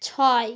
ছয়